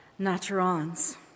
naturans